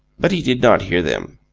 but he did not hear them.